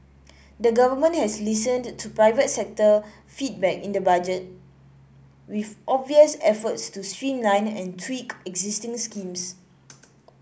the government has listened to private sector feedback in the budget with obvious efforts to streamline and tweak existing schemes